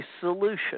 solution